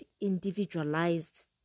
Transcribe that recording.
individualized